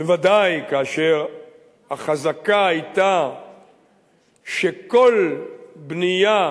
בוודאי כאשר החזקה היתה שכל בנייה